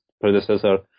predecessor